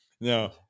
no